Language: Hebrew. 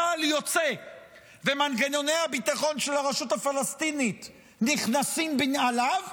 צה"ל יוצא ומנגנוני הביטחון של הרשות הפלסטינית נכנסים בנעליו,